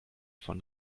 von